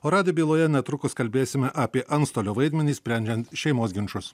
o radijo byloje netrukus kalbėsime apie antstolio vaidmenį sprendžiant šeimos ginčus